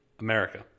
America